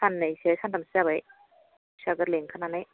साननैसो सानथामसो जाबाय फिसा गोरलै ओंखारनानै